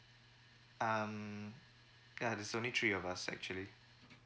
um ya there's only three of us actually